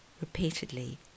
repeatedly